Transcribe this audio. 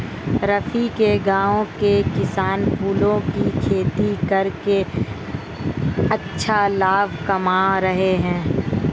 रफी के गांव के किसान फलों की खेती करके अच्छा लाभ कमा रहे हैं